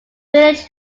village